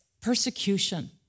persecution